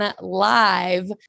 live